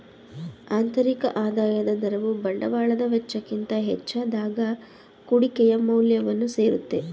ಆಂತರಿಕ ಆದಾಯದ ದರವು ಬಂಡವಾಳದ ವೆಚ್ಚಕ್ಕಿಂತ ಹೆಚ್ಚಾದಾಗ ಕುಡಿಕೆಯ ಮೌಲ್ಯವನ್ನು ಸೇರುತ್ತೆ